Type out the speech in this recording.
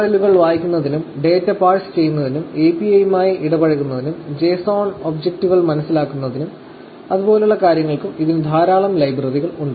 URL കൾ വായിക്കുന്നതിനും data parse ചെയ്യുന്നതിനും API യുമായി ഇടപഴകുന്നതിനും JSON ഒബ്ജക്റ്റുകൾ മനസ്സിലാക്കുന്നതിനും അതുപോലുള്ള കാര്യങ്ങൾക്കും ഇതിനു ധാരാളം ലൈബ്രറികളും ഉണ്ട്